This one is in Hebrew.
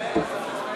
עוברים